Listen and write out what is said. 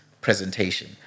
presentation